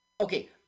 okay